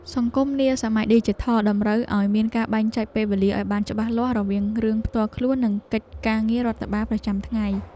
សង្គមនាសម័យឌីជីថលតម្រូវឱ្យមានការបែងចែកពេលវេលាឱ្យបានច្បាស់លាស់រវាងរឿងផ្ទាល់ខ្លួននិងកិច្ចការងាររដ្ឋបាលប្រចាំថ្ងៃ។